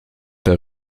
der